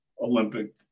Olympic